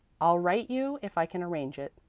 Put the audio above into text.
i'll write you if i can arrange it.